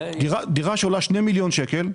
דירה שעולה 2 מיליון שקלים.